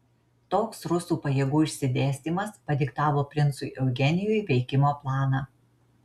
toks rusų pajėgų išsidėstymas padiktavo princui eugenijui veikimo planą